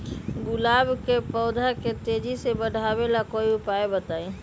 गुलाब के पौधा के तेजी से बढ़ावे ला कोई उपाये बताउ?